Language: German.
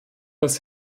das